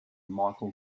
michael